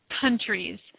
countries